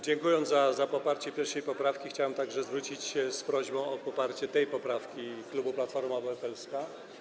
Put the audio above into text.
Dziękując za poparcie 1. poprawki, chciałem także zwrócić się z prośbą o poparcie tej poprawki klubu Platforma Obywatelska.